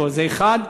זה דבר אחד.